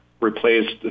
replaced